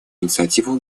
инициативу